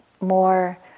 more